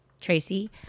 Tracy